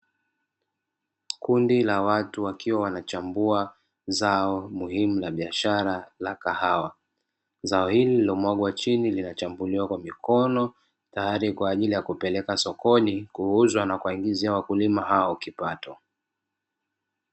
Kundi la watu wakiwa wanachambua zao muhimu la biashara la kahawa, zao hili lililomwagwa chini linachambuliwa kwa mikono, tayari kwa ajili ya kupeleka sokoni kuuzwa na kuwaingizia wakulima hao kipato.